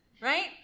right